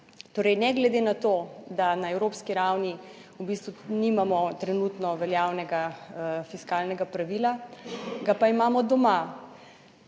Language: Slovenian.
Torej, ne glede na to, da na evropski ravni v bistvu nimamo trenutno veljavnega fiskalnega pravila ga pa imamo doma.